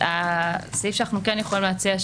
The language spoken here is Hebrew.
אז הסעיף שאנחנו כן יכולים להציע,